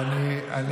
אני רוצה לראות אותם.